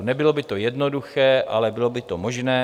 Nebylo by to jednoduché, ale bylo by to možné.